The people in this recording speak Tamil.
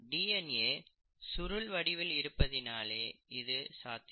டிஎன்ஏ சுருள் வடிவில் இருப்பதினாலே இது சாத்தியம்